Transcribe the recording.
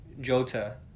jota